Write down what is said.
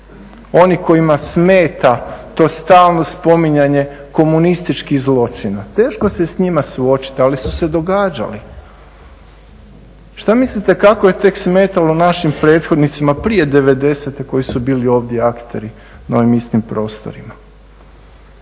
Onima kojima smeta to stalno spominjanje komunističkih zločina, teško se s njima suočiti ali su se događali. Šta mislite kako je tek smetalo našim prethodnicima prije '90.-te koji su bili ovdje akteri na ovim istim prostorima.